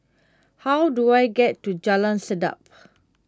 how do I get to Jalan Sedap